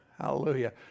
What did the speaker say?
hallelujah